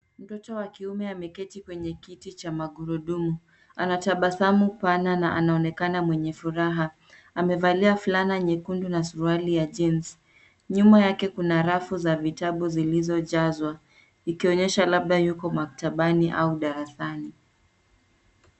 Mtoto wa kiume ameketi kwenye kiti cha magurudumu. Anatabasamu pana na anaonekana mwenye furaha. Amevalia fulana nyekundu na suruali ya jeans . Nyuma yake kuna rafu za vitabu zilizojazwa, ikionyesha labda yuko maktabani au darasani.